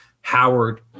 Howard